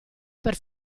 per